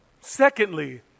Secondly